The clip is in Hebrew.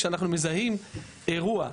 כשאנחנו מזהים אירוע,